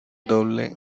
doble